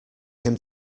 him